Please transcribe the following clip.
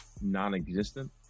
Non-existent